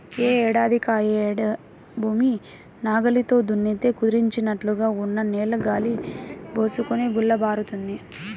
యే ఏడాదికాయేడు భూమిని నాగల్లతో దున్నితే కుదించినట్లుగా ఉన్న నేల గాలి బోసుకొని గుల్లబారుతుంది